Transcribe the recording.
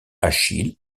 achille